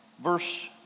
Verse